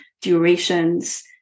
durations